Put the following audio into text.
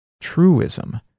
truism